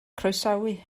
croesawu